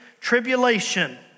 tribulation